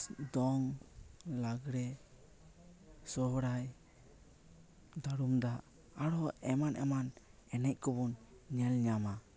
ᱫᱚᱝ ᱞᱟᱜᱽᱬᱮ ᱥᱚᱦᱚᱨᱟᱭ ᱫᱟᱹᱨᱩᱢ ᱫᱟᱜ ᱟᱨᱦᱚᱸ ᱮᱢᱟᱱ ᱮᱢᱟᱱ ᱮᱱᱮᱡ ᱠᱚᱵᱚᱱ ᱧᱮᱞ ᱧᱟᱢᱟ